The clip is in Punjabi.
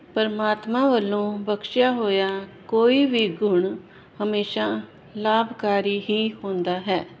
ਪਰਮਾਤਮਾ ਵੱਲੋਂ ਬਖਸ਼ਿਆ ਹੋਇਆ ਕੋਈ ਵੀ ਗੁਣ ਹਮੇਸ਼ਾ ਲਾਭਕਾਰੀ ਹੀ ਹੁੰਦਾ ਹੈ